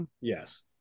Yes